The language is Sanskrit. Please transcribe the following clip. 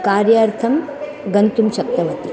कार्यार्थं गन्तुं शक्तवती